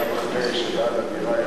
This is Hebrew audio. גם אחרי שבעל הדירה,